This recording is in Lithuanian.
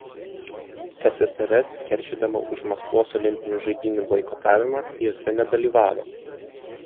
ssrs keršydama už maskvos olimpinių žaidynių boikotavimą jose nedalyvavo